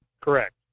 Correct